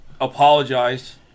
apologize